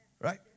right